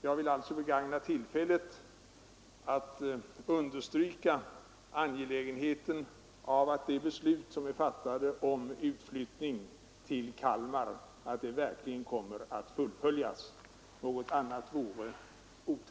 Jag vill nu endast begagna tillfället att understryka angelägenheten av att det beslut som är fattat om utflyttning av en del av televerket till Kalmar verkligen kommer att fullföljas.